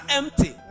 empty